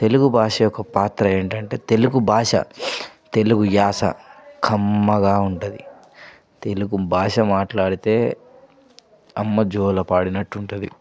తెలుగు భాష యొక్క పాత్ర ఏంటంటే తెలుగు భాష తెలుగు యాస కమ్మగా ఉంటుంది తెలుగు భాష మాట్లాడితే అమ్మ జోల పాడినట్టు ఉంటుంది